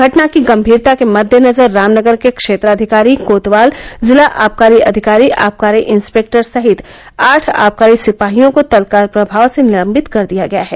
घटना की गंभीरता के मद्देनज़र रामनगर के क्षेत्राधिकारी कोतवाल ज़िला आबकारी अधिकारी आबकारी इंस्पेक्टर सहित आठ आबकारी सिपाहियों को तत्काल प्रभाव से निलम्बित कर दिया गया है